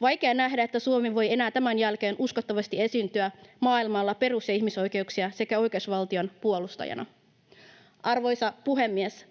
Vaikea nähdä, että Suomi voi enää tämän jälkeen uskottavasti esiintyä maailmalla perus- ja ihmisoikeuksien sekä oikeusvaltion puolustajana.” Arvoisa puhemies!